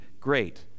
great